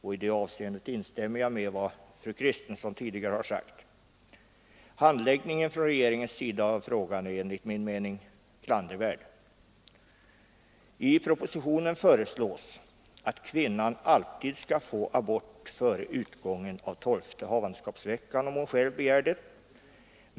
I det avseendet instämmer jag med vad fru Kristensson tidigare anfört. Regeringens handläggning av denna fråga är enligt min mening klandervärd. I propositionen föreslås att kvinnan alltid skall få abort före utgången av tolfte havandeskapsveckan, om hon själv begär det.